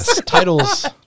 Titles